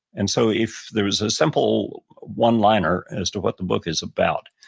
and so if there was a simple one liner as to what the book is about,